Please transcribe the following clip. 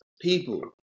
people